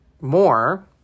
more